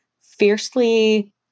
fiercely